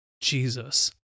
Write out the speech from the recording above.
Jesus